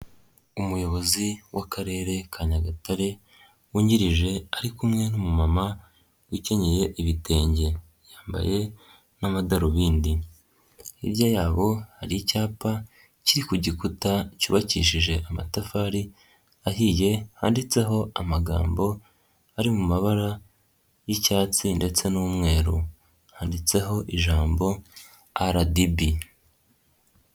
Umuyobozi w'Akarere ka Nyagatare wungirije, ari kumwe numu mama ukenyeye ibitenge yambaye n'amadarubindi, hirya yabo hari icyapa kiri ku gikuta cyubakishije amatafari ahiye, handitseho amagambo ari mu mabara y'icyatsi ndetse n'umweru. Handitseho ijambo RDB.